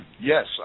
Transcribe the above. Yes